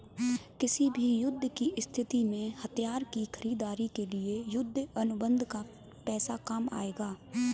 किसी भी युद्ध की स्थिति में हथियार की खरीदारी के लिए युद्ध अनुबंध का पैसा काम आएगा